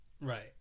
Right